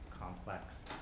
complex